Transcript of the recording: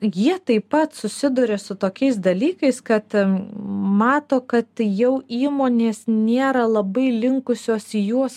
jie taip pat susiduria su tokiais dalykais kad mato kad jau įmonės nėra labai linkusios į juos